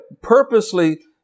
purposely